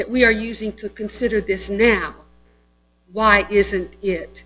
that we are using to consider this news why isn't it